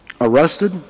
arrested